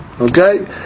Okay